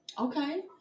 Okay